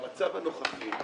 במצב הנוכחי,